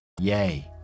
Yay